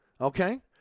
okay